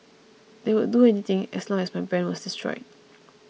they would do anything as long as my brand was destroyed